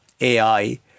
AI